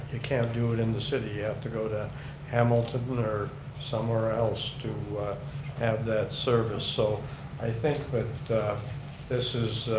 they can't do it in the city. you have to go to hamilton or somewhere else to have that service. so i think but that this is